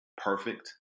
perfect